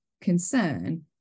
concern